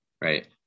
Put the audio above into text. Right